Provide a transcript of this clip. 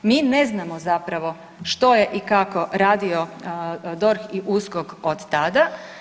Mi ne znamo zapravo što je i kako radio DORH i USKOK od tada.